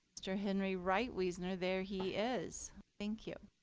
mr henry reitweisner there he is. thank you.